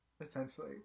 essentially